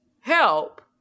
help